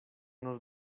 nos